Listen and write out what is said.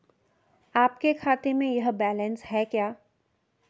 आपके खाते में यह बैलेंस है क्या?